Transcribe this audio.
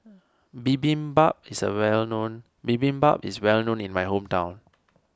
Bibimbap is a well known Bibimbap is well known in my hometown